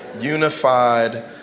Unified